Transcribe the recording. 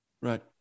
Right